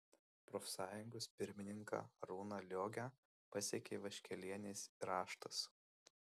profsąjungos pirmininką arūną liogę pasiekė vaškelienės raštas